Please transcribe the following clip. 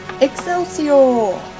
Excelsior